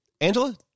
Angela